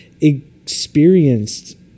experienced